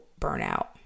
burnout